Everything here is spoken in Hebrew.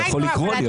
אתה יכול לקרוא לי,